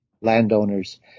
landowners